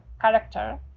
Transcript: character